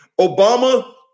Obama